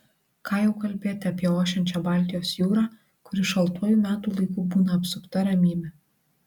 ką jau kalbėti apie ošiančią baltijos jūrą kuri šaltuoju metų laiku būna apsupta ramybe